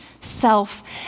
self